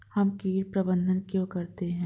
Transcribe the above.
हम कीट प्रबंधन क्यों करते हैं?